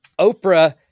Oprah